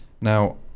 now